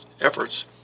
efforts